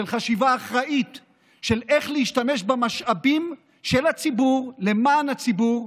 של חשיבה אחראית על איך להשתמש במשאבים של הציבור למען הציבור,